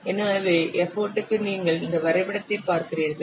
எனவே எப்போட் க்கு நீங்கள் இந்த வரைபடமத்தைப் பார்க்கிறீர்கள்